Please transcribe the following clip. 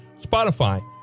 Spotify